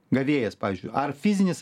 gavėjas pavyzdžiui ar fizinis